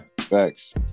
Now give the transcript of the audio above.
Facts